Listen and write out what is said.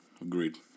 Agreed